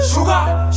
Sugar